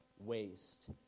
waste